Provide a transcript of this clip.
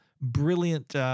brilliant